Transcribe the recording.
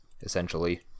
essentially